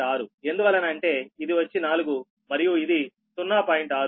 6 ఎందువలన అంటే ఇది వచ్చి 4 మరియు ఇది 0